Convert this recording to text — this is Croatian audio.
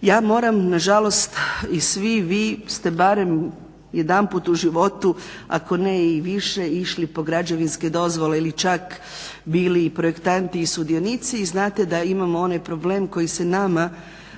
Ja moram nažalost i svi vi ste barem jedanput u životu, ako ne i više, išli po građevinske dozvole ili čak bili projektanti i sudionici i znate da imamo onaj problem koji se nama